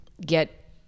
get